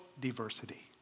diversity